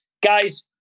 guys